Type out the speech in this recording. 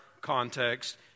context